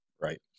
Right